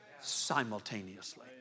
simultaneously